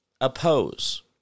oppose